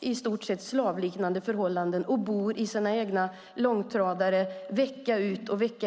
i stort sett slavliknande förhållanden. De bor vecka ut och vecka in i sina egna långtradare.